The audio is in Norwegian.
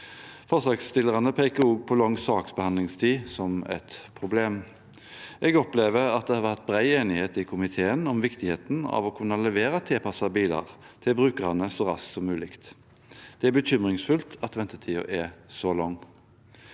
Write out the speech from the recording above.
Forslagsstillerne peker også på lang saksbehandlingstid som et problem. Jeg opplever at det har vært bred enighet i komiteen om viktigheten av å kunne levere tilpassede biler til brukerne så raskt som mulig. Det er bekymringsfullt at ventetiden er så lang.